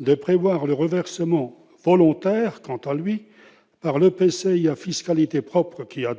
d'instaurer un reversement volontaire par l'EPCI à fiscalité propre ayant